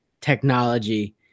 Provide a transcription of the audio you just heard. technology